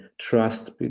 trust